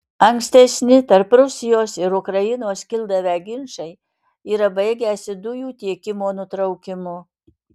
ankstesni tarp rusijos ir ukrainos kildavę ginčai yra baigęsi dujų tiekimo nutraukimu